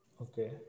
Okay